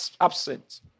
absent